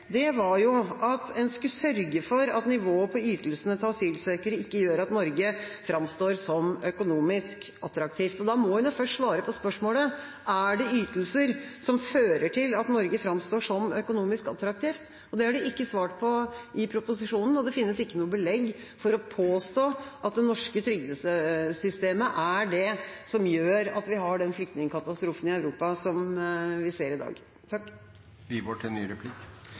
flyktningforliket, var jo at en skulle sørge for at nivået på ytelsene til asylsøkere ikke gjør at Norge framstår som økonomisk attraktivt. Da må en jo først svare på spørsmålet: Er det ytelser som fører til at Norge framstår som økonomisk attraktivt? Det har de ikke svart på i proposisjonen, og det finnes ikke noe belegg for å påstå at det er det norske trygdesystemet som gjør at vi har den flyktningkatastrofen i Europa som vi ser i dag.